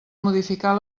modificar